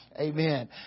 Amen